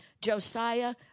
Josiah